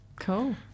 Cool